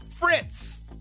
fritz